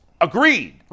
agreed